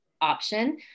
option